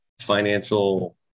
financial